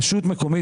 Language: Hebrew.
רשות מקומית,